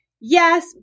yes